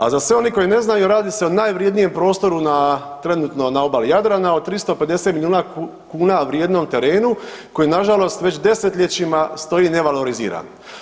A za sve one koji ne znaju radi se o najvrednijem prostoru na, trenutno na obali Jadrana o 350 miliona kuna vrijednom terenu koji nažalost već desetljećima stoji nevaloriziran.